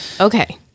Okay